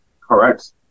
Correct